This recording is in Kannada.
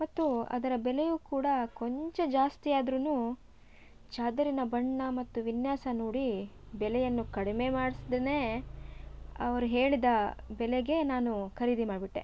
ಮತ್ತು ಅದರ ಬೆಲೆಯು ಕೂಡ ಕೊಂಚ ಜಾಸ್ತಿ ಆದರೂನೂ ಚಾದರಿನ ಬಣ್ಣ ಮತ್ತು ವಿನ್ಯಾಸ ನೋಡಿ ಬೆಲೆಯನ್ನು ಕಡಿಮೆ ಮಾಡಿಸ್ದೇನೇ ಅವರು ಹೇಳಿದ ಬೆಲೆಗೇ ನಾನು ಖರೀದಿ ಮಾಡಿಬಿಟ್ಟೆ